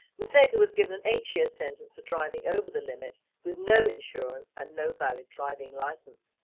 museka was given an eight year sentence for driving over the limit with no insurance, and no valid driving license.